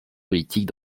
politique